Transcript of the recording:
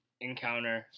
encounter